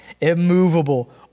immovable